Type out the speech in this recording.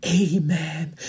amen